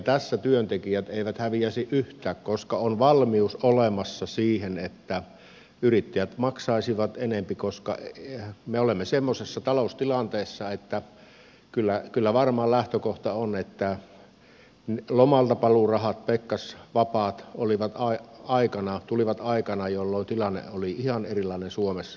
tässä työntekijät eivät häviäisi yhtään koska on valmius olemassa siihen että yrittäjät maksaisivat enempi koska me olemme semmoisessa taloustilanteessa että kyllä varmaan lähtökohta on että lomaltapaluurahat pekkasvapaat tulivat aikana jolloin tilanne oli ihan erilainen suomessa